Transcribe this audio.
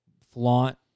flaunt